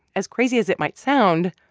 as crazy as it might sound,